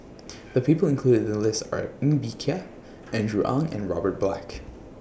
The People included in The list Are Ng Bee Kia Andrew Ang and Robert Black